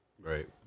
Right